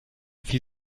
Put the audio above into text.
wie